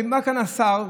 עמד כאן השר,